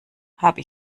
habe